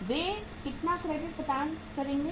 वे कितना क्रेडिट प्रदान करेंगे